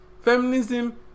Feminism